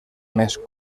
més